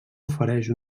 ofereix